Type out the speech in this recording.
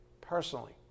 personally